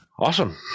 Awesome